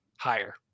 Higher